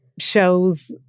shows